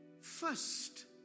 first